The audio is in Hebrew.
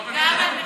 אני לא מבין.